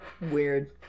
Weird